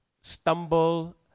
stumble